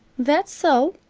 that's so,